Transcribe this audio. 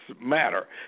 matter